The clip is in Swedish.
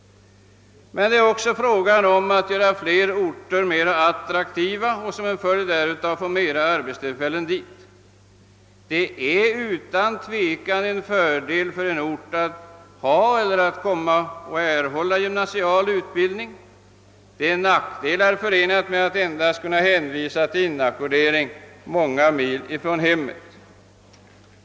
Men det är också fråga om att göra fler orter attraktiva och som en följd därav få fler arbetstill fällen. Det är utan tvivel en fördel för en ort att kunna erbjuda gymnasial utbildning; det är en nackdel att endast kunna hänvisa till inackordering många mil från hemmet.